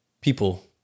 people